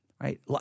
Right